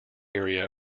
area